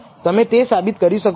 તમે તે સાબિત કરી શકો છો